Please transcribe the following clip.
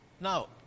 Now